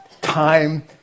time